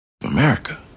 America